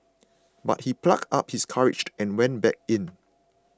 but he plucked up his courage and went back in